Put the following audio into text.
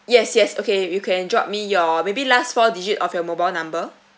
yes yes okay you can drop me your maybe last four digit of your mobile number